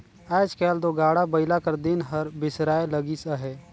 आएज काएल दो गाड़ा बइला कर दिन हर बिसराए लगिस अहे